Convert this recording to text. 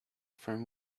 from